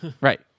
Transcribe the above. right